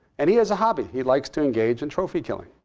and he has a hobby. he likes to engage in trophy killing.